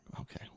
okay